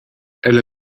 ella